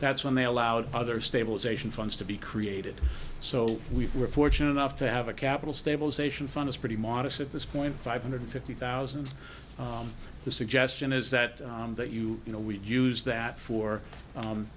when they allowed other stabilization funds to be created so we were fortunate enough to have a capital stabilization fund is pretty modest at this point five hundred fifty thousand and the suggestion is that that you know we use that for